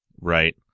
Right